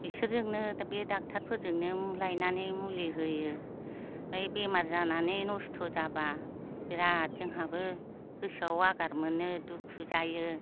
बिसोरजोंनो बे दक्टरफोरजोंनो मुलि लायनानै मुलि होयो ओमफ्राय बेमार जानानै नस्थ' जाबा बिराद जोंहाबो गोसोआव आघाट मोनो दुखु जायो